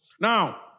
Now